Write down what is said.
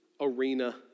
arena